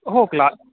हो क्ला